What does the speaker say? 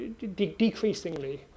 decreasingly